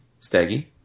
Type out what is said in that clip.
Staggy